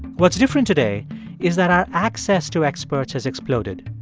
what's different today is that our access to experts has exploded.